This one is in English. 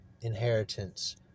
inheritance